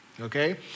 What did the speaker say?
Okay